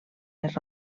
les